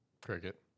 Cricket